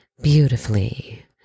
beautifully